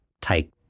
take